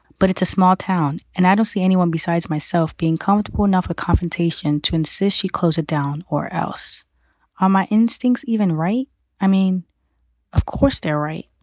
but it's a small town and i don't see anyone besides myself being comfortable enough a confrontation to insist she close it down or else on my instincts even right i mean of course they're right.